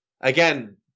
again